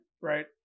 Right